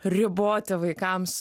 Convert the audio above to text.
riboti vaikams